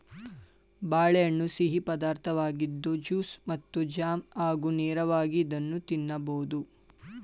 ಬಾಳೆಹಣ್ಣು ಸಿಹಿ ಪದಾರ್ಥವಾಗಿದ್ದು ಜ್ಯೂಸ್ ಮತ್ತು ಜಾಮ್ ಹಾಗೂ ನೇರವಾಗಿ ಇದನ್ನು ತಿನ್ನಬೋದು